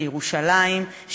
בירושלים,